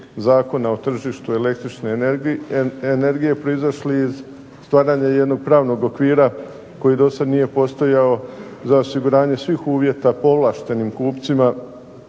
Zakona o tržištu električne energije proizašli iz jednog stvaranja jednog pravnog okvira koji do sada nije postojao za osiguranje svih uvjeta povlaštenim kupcima